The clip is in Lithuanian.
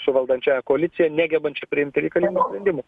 su valdančiąja koalicija negebančia priimti reikalingų sprendimų